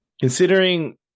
considering